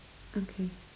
okay